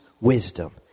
wisdom